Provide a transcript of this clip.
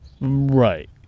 Right